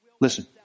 Listen